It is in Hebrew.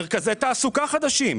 מרכזי תעסוקה חדשים,